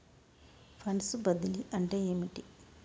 Funds బదిలీ అంటే ఏమిటి?